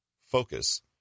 focus